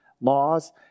laws